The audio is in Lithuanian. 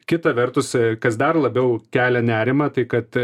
kita vertus kas dar labiau kelia nerimą tai kad